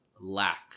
lack